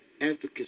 advocacy